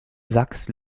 sachs